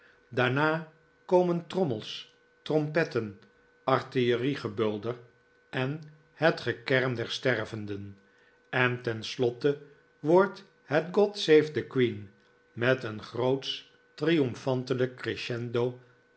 daarna komen trommels trompetten artilleriegebulder en het gekerm der stervenden en ten slotte wordt het god save the king met een grootsch triomfantelijk